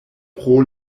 pro